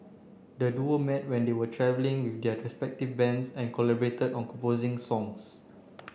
the duo met when they were travelling with their respective bands and collaborated on composing songs